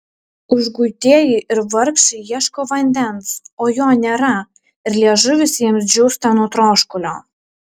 užguitieji ir vargšai ieško vandens o jo nėra ir liežuvis jiems džiūsta nuo troškulio